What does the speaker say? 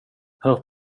hör